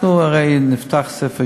אנחנו הרי נפתח ספר יוחסין,